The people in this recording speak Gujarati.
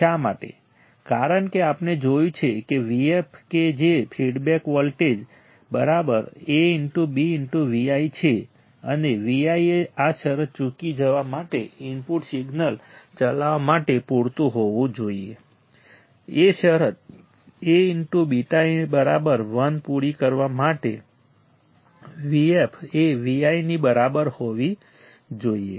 શા માટે કારણ કે આપણે જોયું છે કે Vf કે જે ફીડબેક વોલ્ટેજ Aβ Vi છે અને Vi એ આ શરત ચૂકી જવા માટે ઇનપુટ સિગ્નલ ચલાવવા માટે પૂરતું હોવું જોઈએ એ શરત Aβ1 પૂરી કરવા માટે Vf એ Vi ની બરાબર હોવી જોઈએ